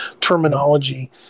terminology